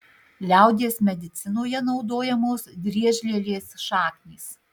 liaudies medicinoje naudojamos driežlielės šaknys